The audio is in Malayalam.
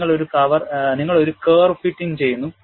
നിങ്ങൾ ഒരു കർവ് ഫിറ്റിംഗ് ചെയ്യുന്നു